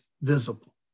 Visible